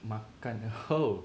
makan !oho!